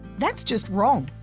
that's just wrong,